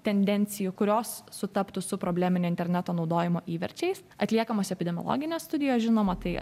tendencijų kurios sutaptų su probleminiu interneto naudojimąo įverčiais atliekamos epidemiologinės studijos žinoma tai